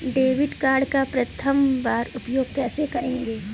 Debit card का प्रथम बार उपयोग कैसे करेंगे?